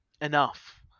enough